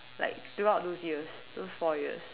like throughout those years those four years